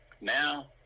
now